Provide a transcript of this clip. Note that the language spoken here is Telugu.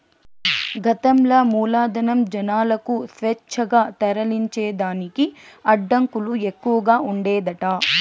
గతంల మూలధనం, జనాలకు స్వేచ్ఛగా తరలించేదానికి అడ్డంకులు ఎక్కవగా ఉండేదట